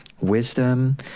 wisdom